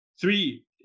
Three